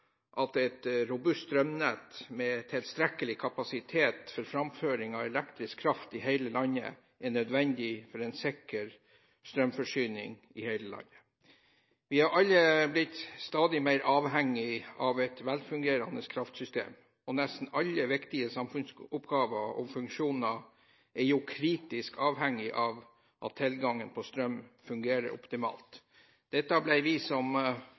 at et robust strømnett med tilstrekkelig kapasitet for framføring av elektrisk kraft i hele landet er nødvendig for en sikker strømforsyning i hele landet. Vi har alle blitt stadig mer avhengig av et velfungerende kraftsystem, og nesten alle viktige samfunnsoppgaver og -funksjoner er kritisk avhengig av at tilgangen på strøm fungerer optimalt. Dette ble vi som